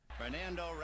fernando